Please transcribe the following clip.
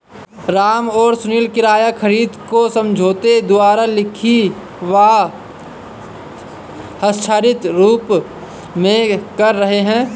राम और सुनील किराया खरीद को समझौते द्वारा लिखित व हस्ताक्षरित रूप में कर रहे हैं